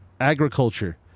agriculture